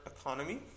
economy